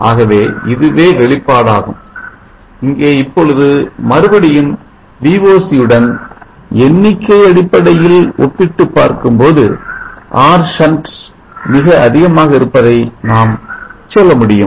ஆகவே இதுவே வெளிப்பாடாகும் இங்கே இப்பொழுது மறுபடியும் Voc உடன்எண்ணிக்கை அடிப்படையில் ஒப்பிட்டுப் பார்க்கும்போது R shunt மிக அதிகமாக இருப்பதாக நாம் சொல்ல முடியும்